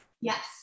Yes